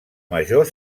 major